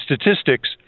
statistics